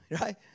right